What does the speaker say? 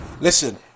Listen